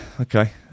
okay